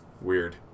Weird